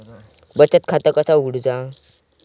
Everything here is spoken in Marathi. बचत खाता कसा उघडूचा?